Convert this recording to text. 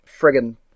friggin